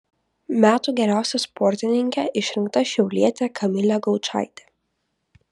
metų geriausia sportininke išrinkta šiaulietė kamilė gaučaitė